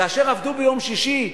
כאשר עבדו ביום שישי,